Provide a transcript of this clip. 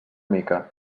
mica